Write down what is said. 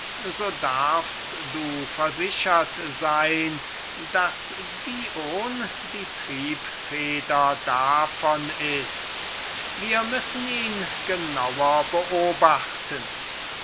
darfst du versichert sein daß dion die triebfeder von allem ist wir müssen ihn genauer beobachten